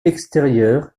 extérieur